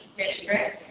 district